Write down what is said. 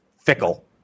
fickle